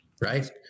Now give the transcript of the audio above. right